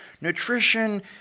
Nutrition